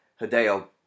Hideo